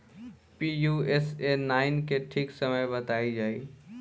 Pusa nine के ठीक समय बताई जाई?